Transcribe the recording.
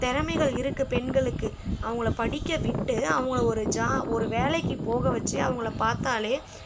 திறமைகள் இருக்குது பெண்களுக்கு அவங்கள படிக்க விட்டு அவங்கள ஒரு ஜா ஒரு வேலைக்கு போக வச்சு அவங்கள பார்த்தாலே